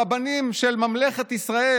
הרבנים של ממלכת ישראל,